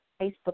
Facebook